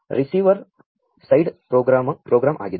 ಇದು receiver side program ಆಗಿದೆ